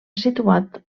situat